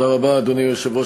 אדוני היושב-ראש,